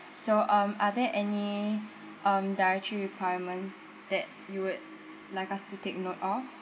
so um are there any um dietary requirements that you would like us to take note of